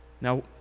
now